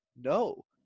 No